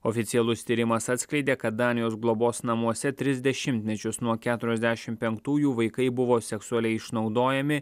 oficialus tyrimas atskleidė kad danijos globos namuose tris dešimtmečius nuo keturiasdešimt penktųjų vaikai buvo seksualiai išnaudojami